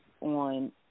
on